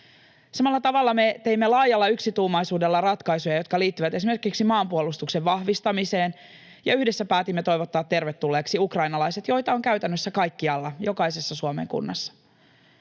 Samalla tavalla me teimme laajalla yksituumaisuudella ratkaisuja, jotka liittyvät esimerkiksi maanpuolustuksen vahvistamiseen, ja yhdessä päätimme toivottaa tervetulleiksi ukrainalaiset, joita on käytännössä kaikkialla, jokaisessa Suomen kunnassa.